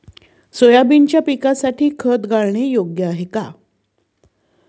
सोयाबीनच्या पिकासाठी खत घालणे योग्य आहे का?